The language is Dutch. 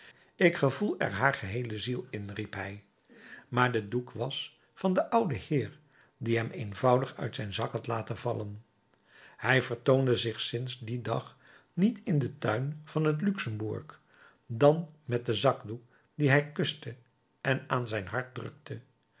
ik gevoel er haar geheele ziel in riep hij maar de doek was van den ouden heer die hem eenvoudig uit zijn zak had laten vallen hij vertoonde zich sinds dien avond niet in den tuin van het luxemburg dan met den zakdoek dien hij kuste en aan zijn hart drukte